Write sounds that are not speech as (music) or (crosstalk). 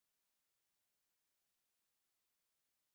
(unintelligible)